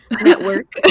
network